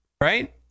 right